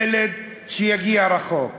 ילד שיגיע רחוק,